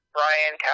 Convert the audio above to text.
Brian